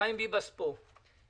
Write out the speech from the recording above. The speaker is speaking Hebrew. חיים ביבס פה,